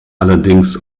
allerdings